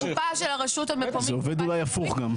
הקופה של הרשות המקומית --- זה עובד אולי הפוך גם.